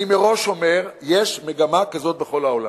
אני אומר מראש שיש מגמה כזאת בכל העולם: